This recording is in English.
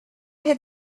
had